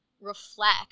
Reflect